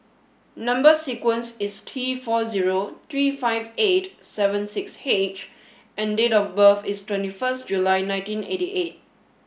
number sequence is T four zero three five eight seven six H and date of birth is twenty first July nineteen eighty eight